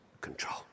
control